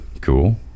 Cool